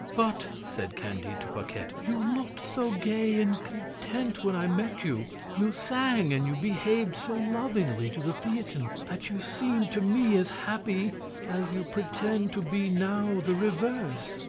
but, said candide to paquette, you looked so gay and content when i met you you sang and you behaved so lovingly to the theatin, that you seemed to me as happy as you pretend to be now the reverse.